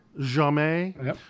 Jamais